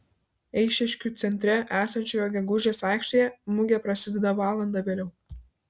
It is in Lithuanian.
eišiškių centre esančioje gegužės aikštėje mugė prasideda valanda vėliau